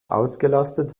ausgelastet